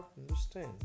understand